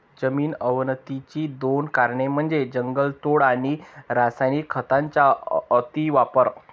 जमीन अवनतीची दोन कारणे म्हणजे जंगलतोड आणि रासायनिक खतांचा अतिवापर